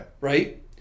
right